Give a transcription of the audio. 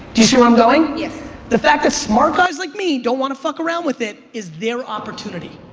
do you see where i'm going? yes. the fact that smart guys like me don't want to fuck around with it is their opportunity.